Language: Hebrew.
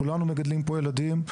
כולנו מגדלים פה ילדים,